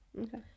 Okay